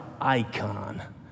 icon